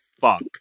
fuck